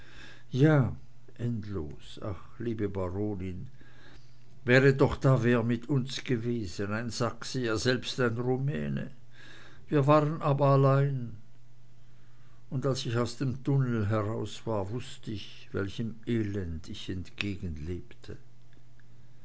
ja endlos ach liebe baronin wäre doch da wer mit uns gewesen ein sachse ja selbst ein rumäne wir waren aber allein und als ich aus dem tunnel heraus war wußt ich welchem elend ich entgegenlebte